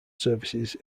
services